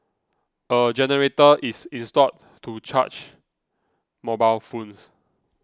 a generator is installed to charge mobile phones